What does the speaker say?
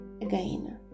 again